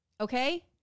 okay